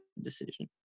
decision